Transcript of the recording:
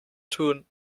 tun